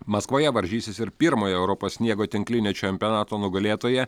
maskvoje varžysis ir pirmojo europos sniego tinklinio čempionato nugalėtoja